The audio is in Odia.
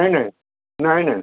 ନାଇଁ ନାଇଁ ନାଇଁ ନାଇଁ